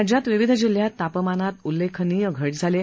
राज्यात विविध जिल्ह्यात तापमानात उल्लेखनीय घट झाली आहे